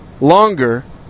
longer